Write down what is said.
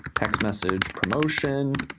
text message promotion.